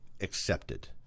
accepted